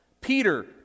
Peter